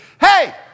hey